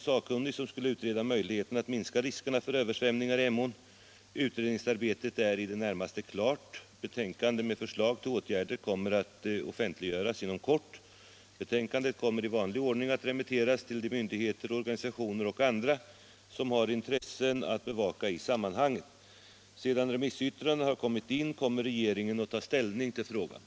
Betänkandet kommer i vanlig ordning att remitteras till de myndigheter, organisationer och andra som har intressen att bevaka i sammanhanget. Sedan remissyttrandena har kommit in kommer regeringen att ta ställning till förslagen.